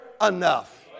enough